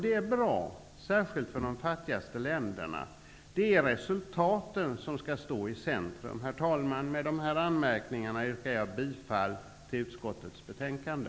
Det är bra, särskilt för de fattigaste länderna. Det är resultaten som skall stå i centrum. Herr talman! Med de här anmärkningarna yrkar jag bifall till hemställan i utskottets betänkande.